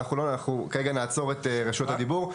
אנחנו כרגע נעצור את רשות הדיבור.